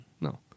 No